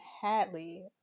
Hadley